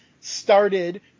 started